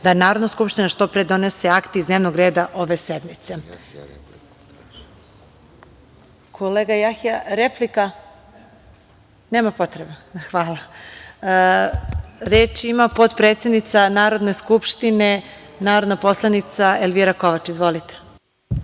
da Narodna Skupština, što pre donese akte iz dnevnog reda, ove sednice. Kolega Jahja, replika? Nema potrebe. U redu. Reč ima potpredsednica Narodne Skupštine, narodna poslanica Elvira Kovač. Izvolite.